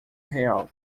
real